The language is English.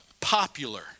popular